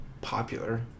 popular